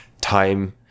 time